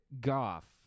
Goff